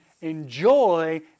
enjoy